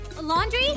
laundry